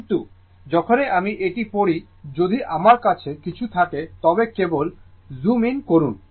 কিন্তু যখনই আমি এটি পড়ি যদি আমার কাছে কিছু থাকে তবে কেবল জুম ইন করুন